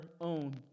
own